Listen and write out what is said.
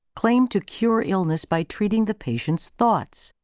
claimed to cure illness by treating the patient's thoughts.